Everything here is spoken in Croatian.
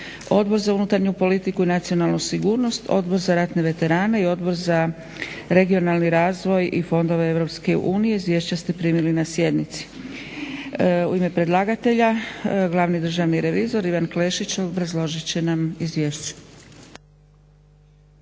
Odbor za unutarnju politiku i nacionalnu sigurnost, Odbor za ratne veterane i Odbor za regionalni razvoj i fondove EU. Izvješća ste primili na sjednici. U ime predlagatelja glavni državni revizor Ivan Klešić obrazložit će nam izvješće.